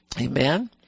Amen